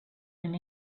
and